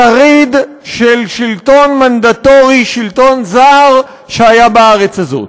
שריד של שלטון מנדטורי, שלטון זר שהיה בארץ הזאת.